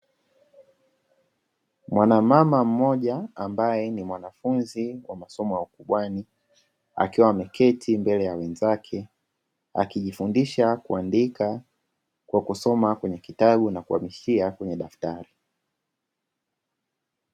Mwanamama mmoja ambaye ni mwanafunzi wa masomo ya ukubwani akiwa ameketi mbele ya wenzake akijifundisha kuandika kwa kusoma kwenye kitabu na kuhamishia kwenye daftari.